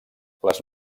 les